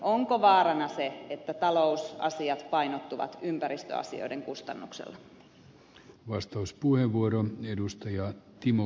onko vaarana se että talousasiat painottuvat ympäristöasioiden kustannuksella